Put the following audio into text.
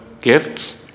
gifts